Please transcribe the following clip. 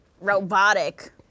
robotic